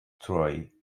troy